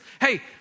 hey